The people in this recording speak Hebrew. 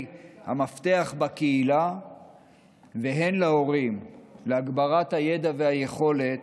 המפתח בקהילה והן להורים להגברת הידע והיכולת